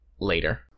later